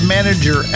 Manager